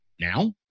now